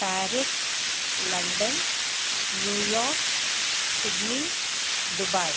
Paris London New York Sydney Dubai